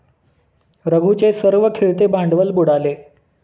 रघूचे सर्व खेळते भांडवल बुडाले